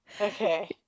Okay